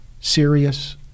serious